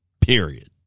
period